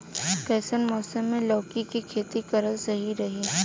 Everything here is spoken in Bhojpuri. कइसन मौसम मे लौकी के खेती करल सही रही?